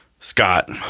Scott